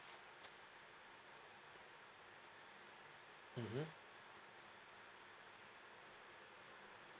mmhmm